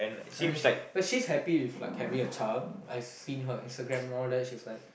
I mean but she's happy with like having a child I've seen her Instagram loh then she's like